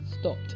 Stopped